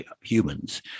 humans